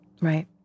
Right